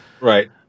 Right